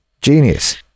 genius